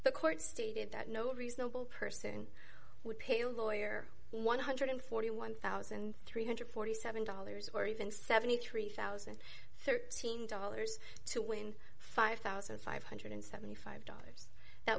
the court stated that no reasonable person would pay a lawyer one hundred and forty one thousand three hundred and forty seven dollars or even seventy three thousand and thirteen dollars to win five thousand five hundred and seventy five dollars that